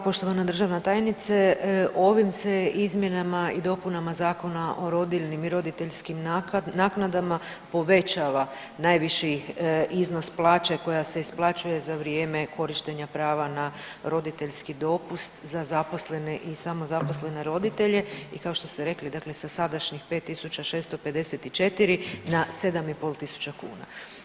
Poštovana državna tajnice ovim se izmjenama i dopunama Zakona o rodiljnim i roditeljskim naknadama povećava najviši iznos plaće koja se isplaćuje za vrijeme korištenja prava na roditeljski dopust za zaposlene i samozaposlene roditelje i kao što ste rekli dakle sa sadašnjih 5.654 na 7.500 kuna.